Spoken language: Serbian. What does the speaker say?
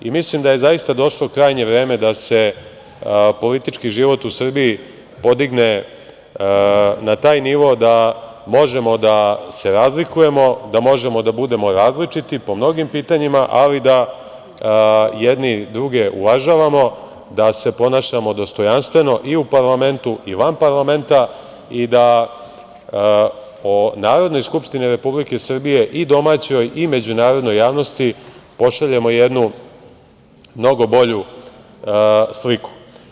Mislim da je zaista došlo krajnje vreme da se politički život u Srbiji podigne na taj nivo da možemo da se razlikujemo, da možemo da budemo različiti po mnogim pitanjima, ali da jedni druge uvažavamo, da se ponašamo dostojanstveno i u parlamentu i van parlamenta i da o Narodnoj skupštini Republike Srbije i domaćoj i međunarodnoj javnosti pošaljemo jednu mnogo bolju sliku.